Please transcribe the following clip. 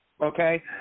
Okay